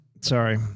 Sorry